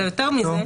אלא יותר מזה,